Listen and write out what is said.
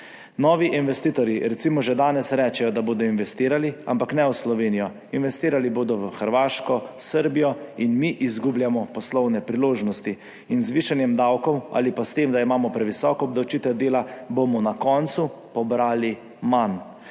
Novi investitorji recimo že danes rečejo, da bodo investirali, ampak ne v Slovenijo, investirali bodo v Hrvaško, Srbijo in mi izgubljamo poslovne priložnosti. In z višanjem davkov ali pa s tem, da imamo previsoko obdavčitev dela, bomo na koncu pobrali manj